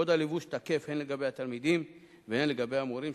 קוד הלבוש תקף הן לתלמידים והן למורים,